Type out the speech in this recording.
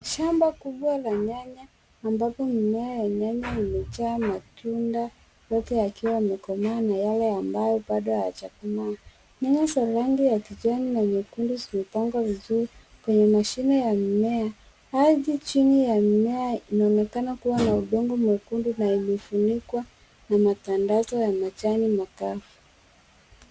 Shamba kubwa la nyanya ambapo mimea ya nyanya imejaa matunda yote yakiwa yamekomaa na yale ambayo bado hayajakomaa .Nyanya za rangi ya kijani na nyekundu zimepangwa vizuri kwenye mashimo ya mimea .Ardhi chini ya mimea inaonekana kuwa na udongo mwekundu na ilifunikwa na matandazo ya majani makavu.